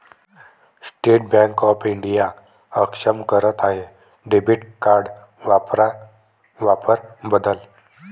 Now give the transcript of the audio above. state Bank of India अक्षम करत आहे डेबिट कार्ड वापरा वापर बदल